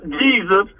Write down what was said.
jesus